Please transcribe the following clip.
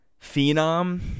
Phenom